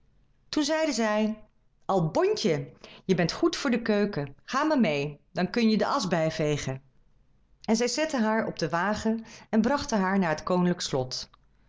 toen zeiden zij albontje je bent goed voor de keuken ga maar meê dan kun je de asch bijvegen en zij zetten haar op de wagen en brachten haar naar het koninklijk slot